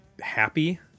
happy